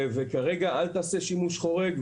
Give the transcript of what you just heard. כרגע אל תעשה שימוש חורג.